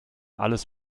alles